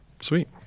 sweet